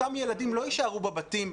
אותם ילדים לא יישארו בבתים,